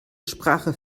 sprache